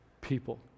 people